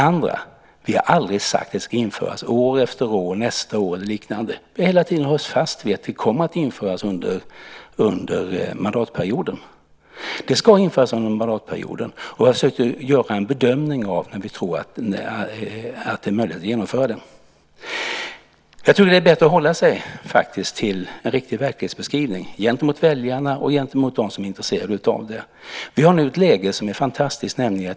Vidare: Vi har aldrig sagt att det här ska införas nästa år eller liknande, utan vi har hela tiden hållit fast vid att det kommer att införas under mandatperioden, och vi har försökt att göra en bedömning av när vi tror att det är möjligt att genomföra detta. Jag tror att det är bättre att faktiskt hålla sig till en riktig verklighetsbeskrivning gentemot väljarna och gentemot dem som är intresserade av detta. Vi har nu ett fantastiskt läge.